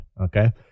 Okay